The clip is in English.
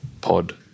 pod